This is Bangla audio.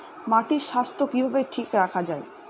মাটির স্বাস্থ্য কিভাবে ঠিক রাখা যায়?